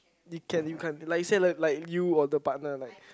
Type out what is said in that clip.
you can you can't like you say like you or the partner like